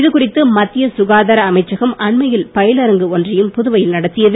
இது குறித்து மத்திய சுகாதார அமைச்சகம்அண்மையில் பயிலரங்கு ஒன்றையும் புதுவையில் நடத்தியது